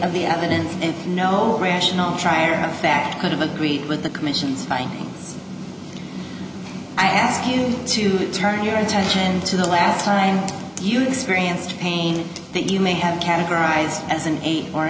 of the evidence and no rational trier of fact could have agreed with the commission's findings i ask you to turn your attention to the last time you experienced pain that you may have categorized as an eight or